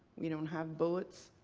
we don't have bullets.